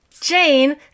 Jane